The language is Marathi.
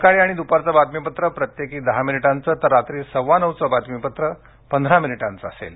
सकाळी आणि दुपारचं बातमीपत्रं प्रत्येकी दहा मिनिटांचं तर रात्री सव्वा नऊचं बातमीपत्रं पंधरा मिनीटांचं असेल